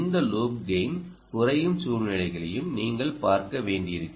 இந்த loop gain குறையும் சூழ்நிலைகளையும் நீங்கள் பார்க்க வேண்டியிருக்கும்